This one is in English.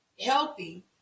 healthy